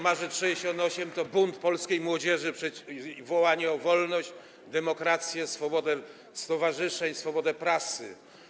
Marzec ’68 to bunt polskiej młodzieży i wołanie o wolność, demokrację, swobodę stowarzyszeń, swobodę prasy.